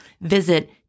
Visit